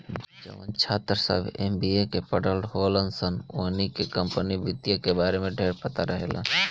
जवन छात्र सभ एम.बी.ए के पढ़ल होलन सन ओहनी के कम्पनी वित्त के बारे में ढेरपता रहेला